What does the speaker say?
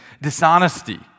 dishonesty